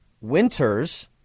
Winters